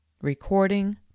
Recording